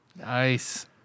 Nice